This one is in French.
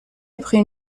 après